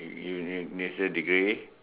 you miss a degree